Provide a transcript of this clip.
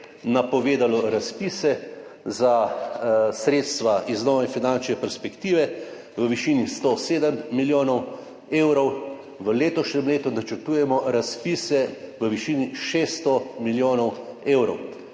napovedalo razpise za sredstva iz nove finančne perspektive v višini 107 milijonov evrov. V letošnjem letu načrtujemo razpise v višini 600 milijonov evrov.